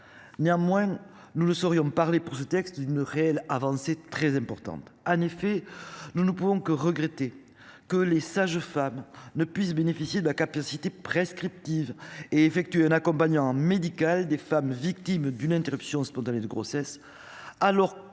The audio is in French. Néanmoins, nous le saurions parler pour ce texte d'une réelle avancée très importante année fait nous ne pouvons que regretter que les sages-femmes ne puissent bénéficier de la capacité prescriptives et effectué un accompagnant médical des femmes victimes d'une interruption spontanée de grossesse. Alors que cette compétence leur